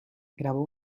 grabó